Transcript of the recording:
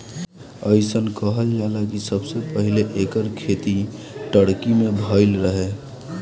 अइसन कहल जाला कि सबसे पहिले एकर खेती टर्की में भइल रहे